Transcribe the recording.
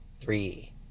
three